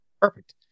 Perfect